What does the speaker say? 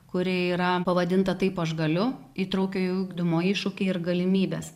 kuri yra pavadinta taip aš galiu įtraukiojo ugdymo iššūkiai ir galimybės